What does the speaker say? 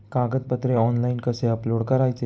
कागदपत्रे ऑनलाइन कसे अपलोड करायचे?